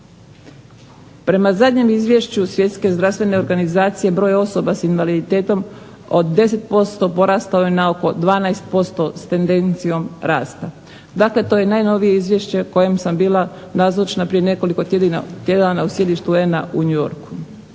organizacije broj osoba s invaliditetom od 10% porastao je na oko 12% s tendencijom rasta. Dakle to je najnovije izvješće kojem sam bila nazočna prije nekoliko tjedana u sjedištu UN-a u New Yorku.